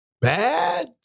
Bad